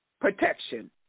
protection